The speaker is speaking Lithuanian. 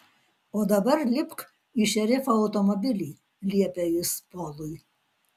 o dabar lipk į šerifo automobilį liepė jis polui